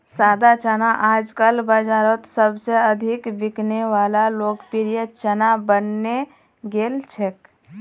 सादा चना आजकल बाजारोत सबसे अधिक बिकने वला लोकप्रिय चना बनने गेल छे